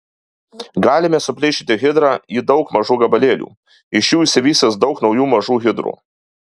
galime suplėšyti hidrą į daug mažų gabalėlių iš jų išsivystys daug naujų mažų hidrų